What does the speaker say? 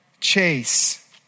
chase